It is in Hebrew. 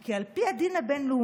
כי על פי הדין הבין-לאומי,